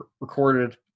recorded